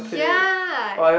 ya